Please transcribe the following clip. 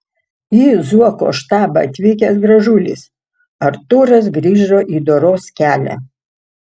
į zuoko štabą atvykęs gražulis artūras grįžo į doros kelią